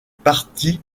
partie